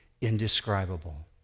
indescribable